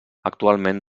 actualment